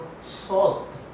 salt